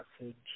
message